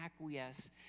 acquiesce